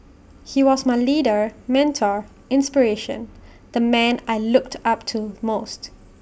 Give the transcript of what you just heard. he was my leader mentor inspiration the man I looked up to most